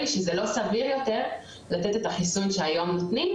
אבל השמדת החיסונים,